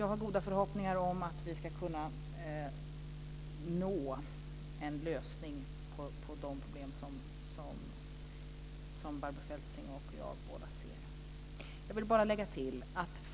Jag har goda förhoppningar om att vi ska kunna nå en lösning på de problem som både Barbro Feltzing och jag ser.